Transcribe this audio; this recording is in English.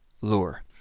lure